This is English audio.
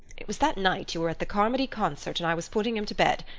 it was that night you were at the carmody concert and i was putting him to bed.